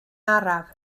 araf